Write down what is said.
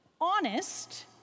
honest